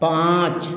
पाँच